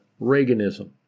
Reaganism